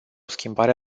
schimbare